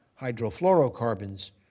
hydrofluorocarbons